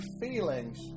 feelings